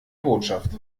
botschaft